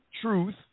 truth